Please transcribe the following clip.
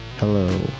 Hello